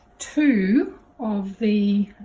two of the